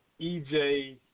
EJ –